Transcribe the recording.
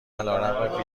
علیرغم